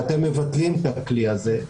כשאתם מבטלים את הכלי הזה,